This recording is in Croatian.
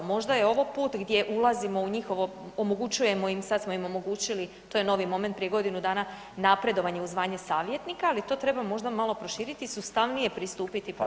Možda je ovo put gdje ulazimo u njihovo, omogućujemo im sada, sada smo im omogućili to je novi moment prije godinu dana napredovanje u zvanje savjetnika, ali to treba možda malo proširiti i sustavnije pristupiti problemu.